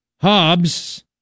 Hobbs